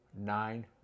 nine